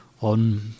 on